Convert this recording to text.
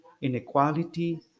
inequality